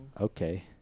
okay